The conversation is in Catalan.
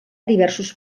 diversos